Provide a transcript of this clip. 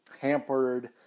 hampered